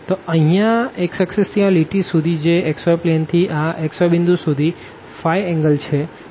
તો આ અહીંયા x એક્ષિસથી આ લીટી સુધી જે xy પ્લેન થી આ xy પોઈન્ટ સુધી એન્ગલ છે